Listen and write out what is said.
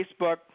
Facebook